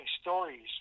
stories